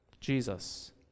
Jesus